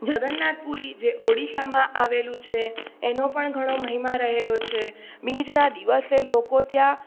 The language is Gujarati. જગન્નાથપુરી જે ઓડિશામાં આવેલું છે એનો પણ ઘણો મહિમા રહેલો છે બીજના દિવસે લોકો ત્યાં